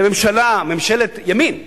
אבל אני אומר לממשלה, ממשלת ימין היום,